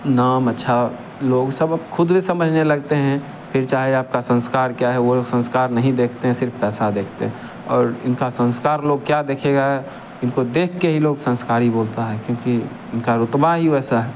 नाम अच्छा लोग सब अब खुद भी समझने लगते हैं फिर चाहे आपका संस्कार क्या है वो संस्कार नहीं देखते हैं सिर्फ पैसा देखते हैं और इनका संस्कार लोग क्या देखेगा इनको देख के ही लोग संस्कारी बोलता है क्योंकि इनका रूतबा ही वैसा है